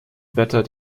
wetter